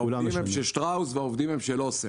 העובדים הם של שטראוס ושל אסם.